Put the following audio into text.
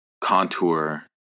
contour